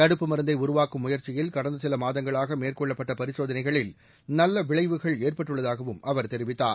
தடுப்பு மருந்தை உருவாக்கும் முயற்சியில் கடந்த சில மாதங்களாக மேற்கொள்ளப்பட்ட பரிசோதனைகளில் நல்ல விளைவுகள் ஏற்பட்டுள்ளதாகவும் அவர் தெரிவித்தார்